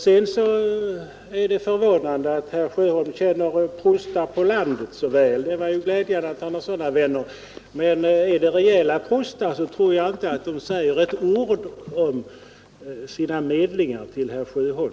Sedan är det förvånande att herr Sjöholm så väl känner prostar på landet. Det var ju glädjande att han har sådana vänner. Men om det är rejäla prostar, så tror jag inte att de säger ett ord om sina medlingar till herr Sjöholm.